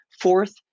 Fourth